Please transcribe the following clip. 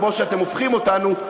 כמו שאתם הופכים אותנו,